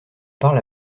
parles